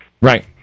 Right